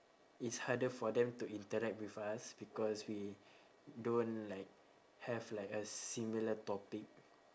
it's harder for them to interact with us because we don't like have like a similar topic